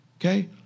Okay